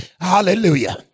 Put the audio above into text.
hallelujah